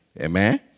amen